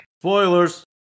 Spoilers